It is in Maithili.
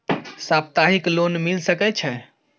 सप्ताहिक लोन मिल सके छै?